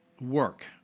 work